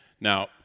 Now